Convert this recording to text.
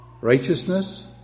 Righteousness